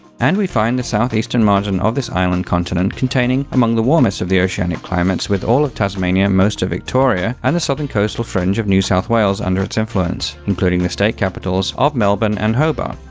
and we find the south-eastern margin of this island continent containing among the warmest of the oceanic climates with all of tasmania, most of victoria and the southern coastal fringe of new south wales under its influence, including the state capitals of melbourne and hobart.